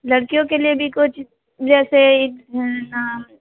लड़कियों के लिए भी कुछ जैसे एक है ना